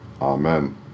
Amen